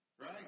Right